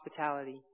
hospitality